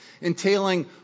entailing